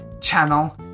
channel